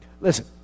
Listen